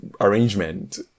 arrangement